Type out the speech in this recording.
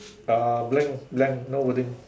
uh blank blank no wording